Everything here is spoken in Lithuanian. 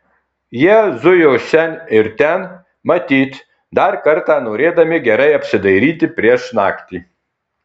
jie zujo šen ir ten matyt dar kartą norėdami gerai apsidairyti prieš naktį